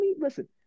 Listen